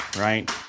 right